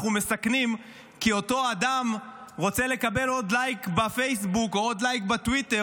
מסכנים כי אותו אדם רוצה לקבל עוד לייק בפייסבוק או עוד לייק בטוויטר,